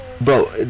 Bro